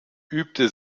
übte